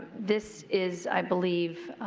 this is, i believe,